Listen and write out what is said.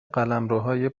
قلمروهای